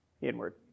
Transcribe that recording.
Inward